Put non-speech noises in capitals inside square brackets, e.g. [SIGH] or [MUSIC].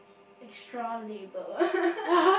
extra label [LAUGHS]